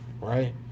right